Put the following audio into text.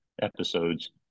episodes